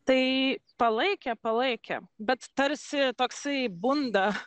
tai palaikė palaikė bet tarsi toksai bunda